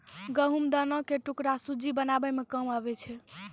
गहुँम दाना के टुकड़ा सुज्जी बनाबै मे काम आबै छै